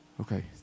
okay